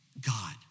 God